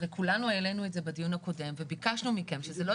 הרי כולנו העלינו את זה בדיון הקודם וביקשנו מכם שזה לא